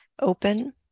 open